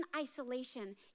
isolation